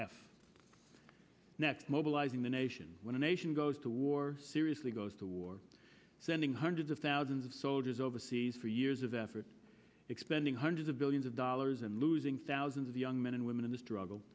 f next mobilizing the nation when a nation goes to war seriously goes to war sending hundreds of thousands of soldiers overseas for years of effort expending hundreds of billions of dollars and losing thousands of young men and women in the struggle